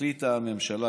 החליטה הממשלה,